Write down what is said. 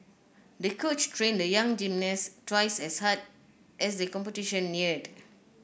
the coach trained the young gymnast twice as hard as the competition neared